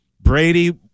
Brady